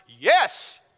Yes